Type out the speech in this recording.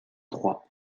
trois